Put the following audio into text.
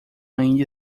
ainda